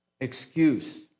excuse